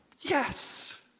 yes